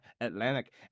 Atlantic